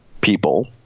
people